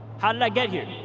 how did i get here?